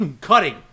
cutting